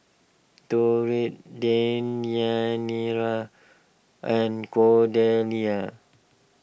Deyanira and Cordelia